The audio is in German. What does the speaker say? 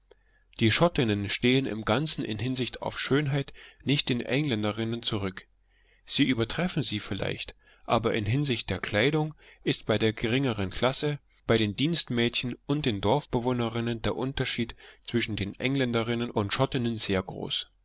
die schottinnen stehen im ganzen in hinsicht auf schönheit nicht hinter den engländerinnen zurück sie übertreffen sie vielleicht aber in hinsicht der kleidung ist bei der geringeren klasse bei den dienstmädchen und den dorfbewohnerinnen der unterschied zwischen den engländerinnen und schottinnen sehr groß